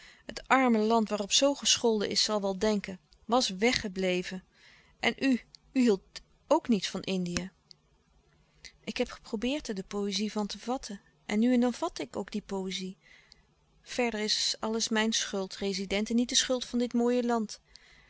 het arme land waarop zoo gescholden is zal wel denken was weggeble ven en u u hield ook niet van indië ik heb geprobeerd er de poëzie van te vatten en nu en dan vatte ik ook die poëzie verder is alles mijn schuld rezident en niet de schuld van dit mooie land